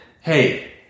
Hey